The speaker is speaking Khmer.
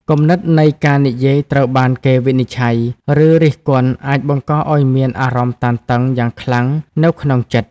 គំនិតនៃការនិយាយត្រូវបានគេវិនិច្ឆ័យ ឬរិះគន់អាចបង្កឱ្យមានអារម្មណ៍តានតឹងយ៉ាងខ្លាំងនៅក្នុងចិត្ត។